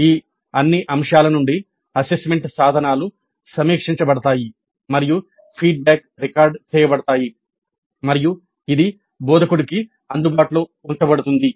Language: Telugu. ఈ అన్ని అంశాల నుండి అసెస్మెంట్ సాధనాలు సమీక్షించబడతాయి మరియు ఫీడ్బ్యాక్ రికార్డ్ చేయబడతాయి మరియు ఇది బోధకుడికి అందుబాటులో ఉంచబడుతుంది